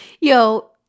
Yo